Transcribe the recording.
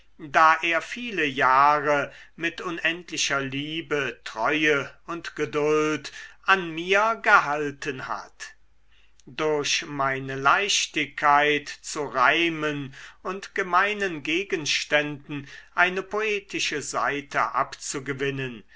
da er viele jahre mit unendlicher liebe treue und geduld an mir gehalten hat durch meine leichtigkeit zu reimen und gemeinen gegenständen eine poetische seite abzugewinnen